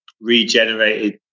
regenerated